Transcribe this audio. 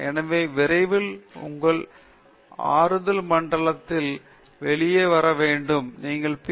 எனவே விரைவில் நீங்கள் உங்கள் ஆறுதல் மண்டலத்திலிருந்து வெளியே வர வேண்டும் மற்றும் உங்கள் பி